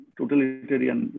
totalitarian